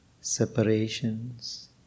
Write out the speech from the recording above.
separations